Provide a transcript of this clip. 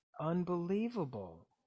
unbelievable